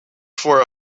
for